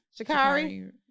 shakari